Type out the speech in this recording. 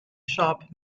shop